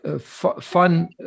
fun